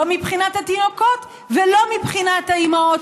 לא מבחינת התינוקות ולא מבחינת האימהות